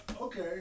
Okay